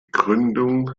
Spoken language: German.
gründung